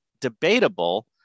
debatable